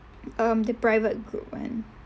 um the private group [one]